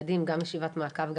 גם ישיבת מעקב,